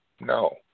No